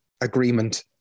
agreement